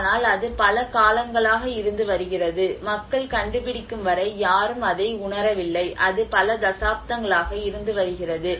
ஆனால் அது பல காலங்களாக இருந்து வருகிறது மக்கள் கண்டுபிடிக்கும் வரை யாரும் அதை உணரவில்லை அது பல தசாப்தங்களாக இருந்து வருகிறது